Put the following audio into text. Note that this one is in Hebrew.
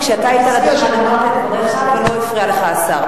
אני חושבת שכשאתה היית על הדוכן אמרת את דבריך ולא הפריע לך השר.